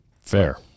fair